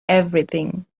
everything